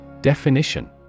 Definition